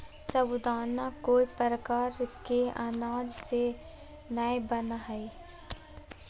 साबूदाना कोय प्रकार के अनाज से नय बनय हइ